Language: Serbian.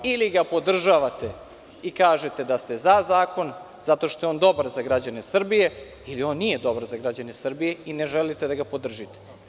Ili ga podržavate i kažete da ste za zakon zato što je on dobar za građane Srbije ili on nije dobar za građane Srbije i ne želite da ga podržite.